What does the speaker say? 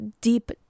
deep